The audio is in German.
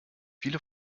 viele